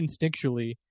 instinctually